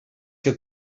que